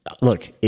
Look